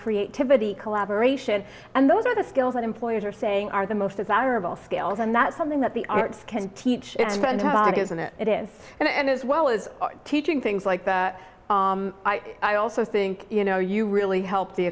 creativity collaboration and those are the skills that employers are saying are the most desirable scales and that's something that the arts can teach and about isn't it it is and as well as teaching things like that i also think you know you really help the